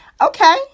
Okay